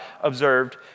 observed